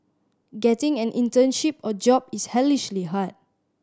getting an internship or job is hellishly hard